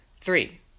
Three